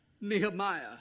Nehemiah